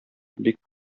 бик